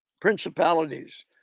principalities